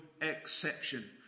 exception